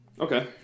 Okay